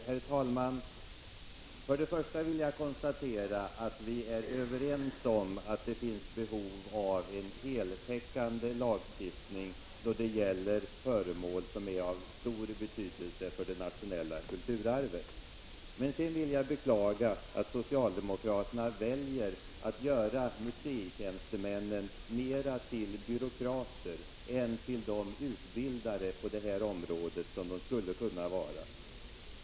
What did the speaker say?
Herr talman! Jag konstaterar först att vi är överens om att det finns behov av en heltäckande lagstiftning då det gäller föremål som är av stor betydelse för det nationella kulturarvet. Men sedan beklagar jag att socialdemokraterna väljer att göra museitjänstemännen mera till byråkrater än till de utbildare på detta område som de skulle kunna vara.